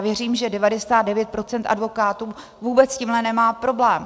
Věřím, že 99 % advokátů vůbec s tímto nemá problém.